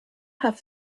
have